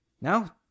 now